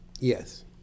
Yes